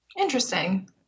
Interesting